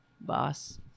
boss